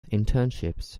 internships